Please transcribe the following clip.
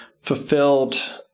fulfilled